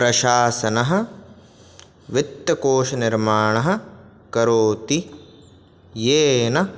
प्रशासनः वित्तकोशनिर्माणः करोति येन